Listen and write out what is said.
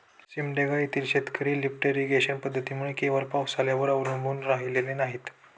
सिमडेगा येथील शेतकरी lift irrigation पद्धतीमुळे केवळ पावसाळ्यावर अवलंबून राहिलेली नाहीत